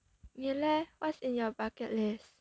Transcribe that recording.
你咧 what's in your bucket list